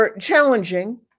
challenging